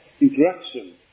interaction